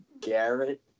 Garrett